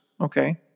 Okay